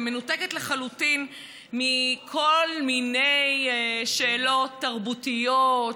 מנותקת לחלוטין מכל מיני שאלות תרבותיות,